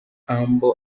humble